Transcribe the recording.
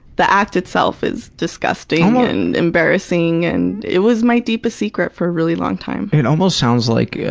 the act itself is disgusting and embarrassing and it was my deepest secret for a really long time. it almost sounds like yeah